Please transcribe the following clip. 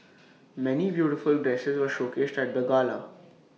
many beautiful dresses were showcased at the gala